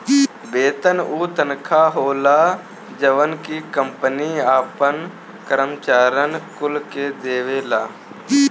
वेतन उ तनखा होला जवन की कंपनी आपन करम्चारिअन कुल के देवेले